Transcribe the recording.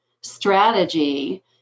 strategy